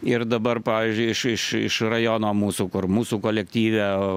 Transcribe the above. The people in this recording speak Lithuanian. ir dabar pavyzdžiui iš iš iš rajono mūsų kur mūsų kolektyve